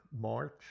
March